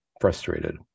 frustrated